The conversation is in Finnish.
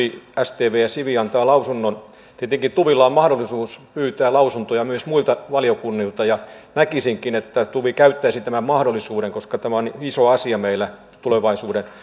stv ja siv antavat lausunnon niin tietenkin tuvlla on mahdollisuus pyytä lausuntoja myös muilta valiokunnilta ja näkisinkin että tuv käyttäisi tämän mahdollisuuden koska tämä on iso asia meillä tulevaisuuden